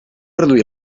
reduir